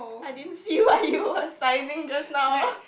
I didn't see what you were signing just now